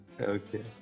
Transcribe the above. Okay